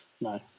No